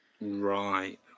Right